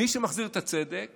מי שמחזיר את הצדק